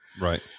Right